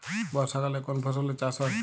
বর্ষাকালে কোন ফসলের চাষ হয়?